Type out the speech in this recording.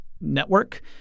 network